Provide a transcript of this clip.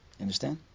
Understand